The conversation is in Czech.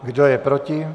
Kdo je proti?